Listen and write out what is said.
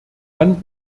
dann